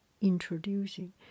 introducing